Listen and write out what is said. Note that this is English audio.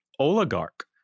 oligarch